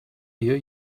here